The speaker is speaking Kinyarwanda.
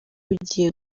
bigiye